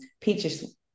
peaches